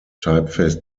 typeface